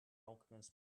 alchemist